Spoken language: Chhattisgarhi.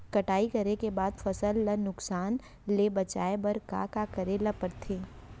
कटाई करे के बाद फसल ल नुकसान ले बचाये बर का का करे ल पड़थे?